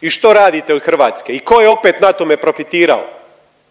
i što radite od Hrvatske i ko je opet na tome profitirao?